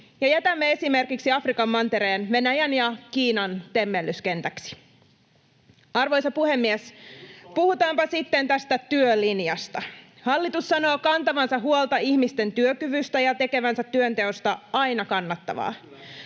ja jätämme esimerkiksi Afrikan mantereen Venäjän ja Kiinan temmellyskentäksi. [Sebastian Tynkkynen: Menee just toisinpäin!] Arvoisa puhemies! Puhutaanpa sitten tästä työlinjasta. Hallitus sanoo kantavansa huolta ihmisten työkyvystä ja tekevänsä työnteosta aina kannattavaa,